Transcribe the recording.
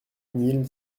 mille